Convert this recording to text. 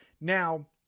now